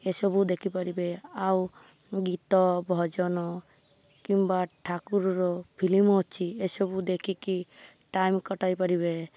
ଏସବୁ ଦେଖିପାରିବେ ଆଉ ଗୀତ ଭଜନ କିମ୍ବା ଠାକୁରର ଫିଲିମ୍ ଅଛି ଏସବୁ ଦେଖିକି ଟାଇମ୍ କଟାଇ ପାରିବେ